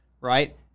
right